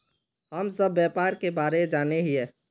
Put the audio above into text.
हम सब व्यापार के बारे जाने हिये?